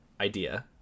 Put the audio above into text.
Idea